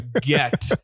get